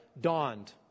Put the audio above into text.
dawned